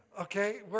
Okay